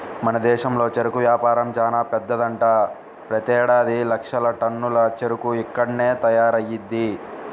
మన దేశంలో చెరుకు వ్యాపారం చానా పెద్దదంట, ప్రతేడాది లక్షల టన్నుల చెరుకు ఇక్కడ్నే తయారయ్యిద్ది